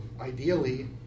ideally